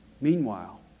Meanwhile